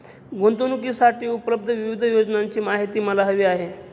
गुंतवणूकीसाठी उपलब्ध विविध योजनांची माहिती मला हवी आहे